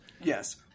yes